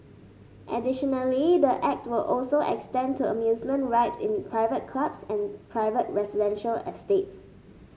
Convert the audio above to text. additionally the Act will also extend to amusement rides in private clubs and private residential estates